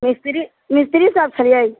मिस्त्री मिस्त्री साहेब छलियै